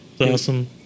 awesome